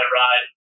ride